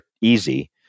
easy